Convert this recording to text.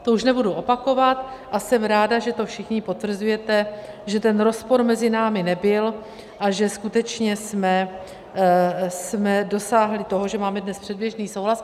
To už nebudu opakovat a jsem ráda, že to všichni potvrzujete, že rozpor mezi námi nebyl a že skutečně jsme dosáhli toho, že máme dnes předběžný souhlas.